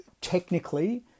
Technically